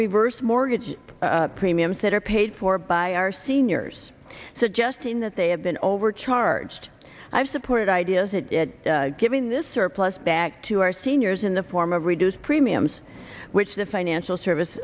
reverse mortgage premiums that are paid for by our seniors suggesting that they have been overcharged i've supported ideas in giving this surplus back to our seniors in the form of reduce premiums which the financial